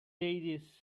daisies